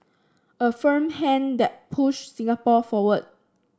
a firm hand that pushed Singapore forward